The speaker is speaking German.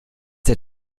der